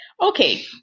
Okay